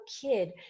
kid